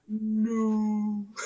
No